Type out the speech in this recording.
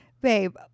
Babe